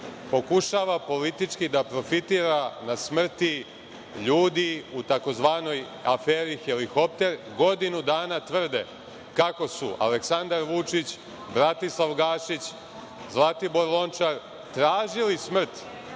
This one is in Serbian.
pokušava politički da profitira na smrti ljudi u tzv. aferi helikopter. Godinu dana tvrde kako su Aleksandar Vučić, Bratislav Gašić, Zlatibor Lončar, tražili smrt